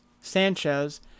Sanchez